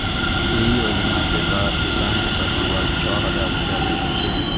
एहि योजना के तहत किसान कें प्रति वर्ष छह हजार रुपैया भेटै छै